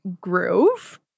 groove